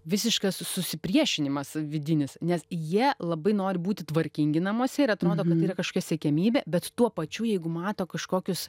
visiškas susipriešinimas vidinis nes jie labai nori būti tvarkingi namuose ir atrodo kad yra kašokia siekiamybė bet tuo pačiu jeigu mato kažkokius